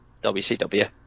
wcw